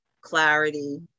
clarity